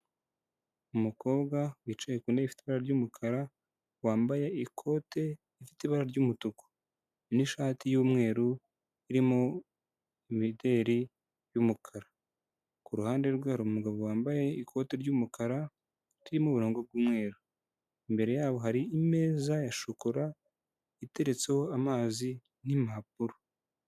Umukobwa wicaye ku ntebe itara ry'umukara wambaye ikote rifite ibara ry'umutuku, ni'shati y'umweru iri mu imideri y'umukara. Kuruhande rwe hari umugabo wambaye ikote ry'umukara ririmo uburongo bw'umweru, imbere yabo hari imeza ya shokora iteretseho amazi n'impapuro.